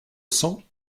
cents